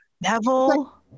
neville